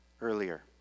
earlier